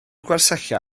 gwersylla